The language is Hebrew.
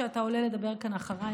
כשאתה עולה לדבר כאן אחריי,